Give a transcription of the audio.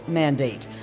mandate